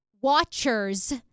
Watchers